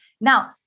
Now